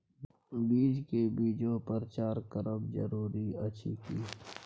बीज के बीजोपचार करब जरूरी अछि की?